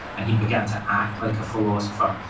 and he began to act like a philosopher.